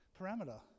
parameter